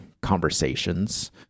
conversations